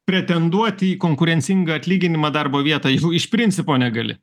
pretenduoti į konkurencingą atlyginimą darbo vietą jau iš principo negali